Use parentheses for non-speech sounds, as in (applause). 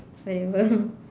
whatever (laughs)